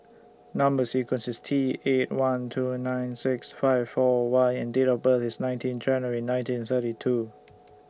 Number sequence IS T eight one two nine six five four Y and Date of birth IS nineteen January nineteen thirty two